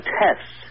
tests